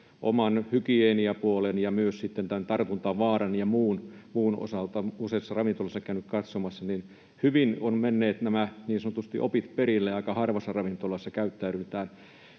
oman hygieniapuolen ja myös tartuntavaaran ja muun osalta. Kun olen useissa ravintoloissa käynyt katsomassa, niin hyvin ovat menneet nämä niin sanotusti opit perille. Aika harvassa ravintolassa käyttäydytään